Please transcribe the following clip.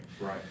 Right